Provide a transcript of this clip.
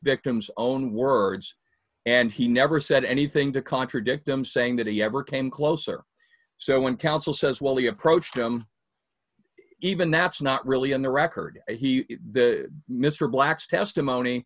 victim's own words and he never said anything to contradict him saying that he ever came closer so when counsel says well he approached him even that's not really on the record mr black's testimony